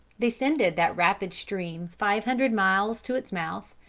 descended that rapid stream five hundred miles to its mouth,